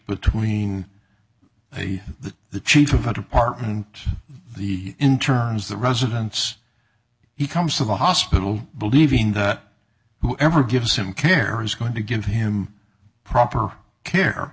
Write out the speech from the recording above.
between the the the chief of the department the internes the residence he comes to the hospital believing the whoever gives him care is going to give him proper care